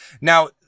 Now